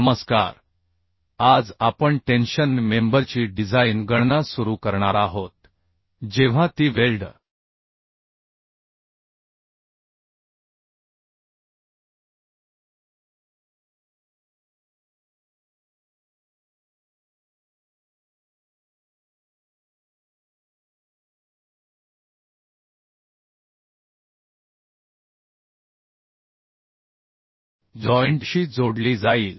नमस्कार आज आपण टेन्शन मेंबरची डिझाइन गणना सुरू करणार आहोत जेव्हा ती वेल्ड जॉइंटशी जोडली जाईल